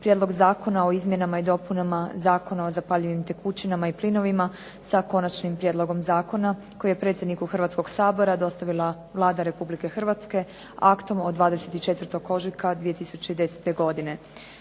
prijedlog zakona o izmjenama i dopunama Zakona o zapaljivim tekućinama i plinovima s Konačnim prijedlogom zakona, koje je predsjedniku Sabora dostavila Vlada Republike Hrvatske aktom od 24. ožujka 2010. godine.